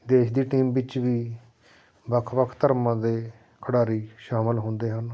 ਦੇਸ਼ ਦੀ ਟੀਮ ਵਿੱਚ ਵੀ ਵੱਖ ਵੱਖ ਧਰਮਾਂ ਦੇ ਖਿਡਾਰੀ ਸ਼ਾਮਿਲ ਹੁੰਦੇ ਹਨ